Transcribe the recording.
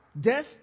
Death